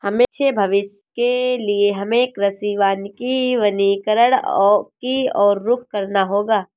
अच्छे भविष्य के लिए हमें कृषि वानिकी वनीकरण की और रुख करना होगा